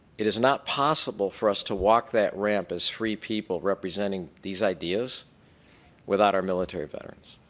it is not possible for us to walk that ramp as free people representing these ideas without our military veterans.